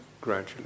gradually